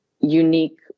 unique